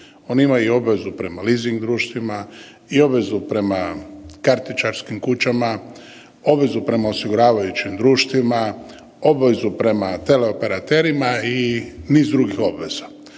oni imaju i obavezu prema leasing društvima i obavezu prema kartičarskim kućama, obavezu prema osiguravajućim društvima, obavezu prema teleoperaterima i niz drugih obveza.